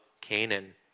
Canaan